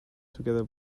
together